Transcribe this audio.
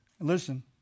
Listen